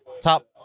top